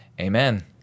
Amen